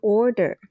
order